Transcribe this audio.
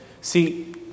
See